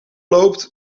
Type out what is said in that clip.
loopt